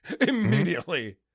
immediately